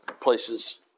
places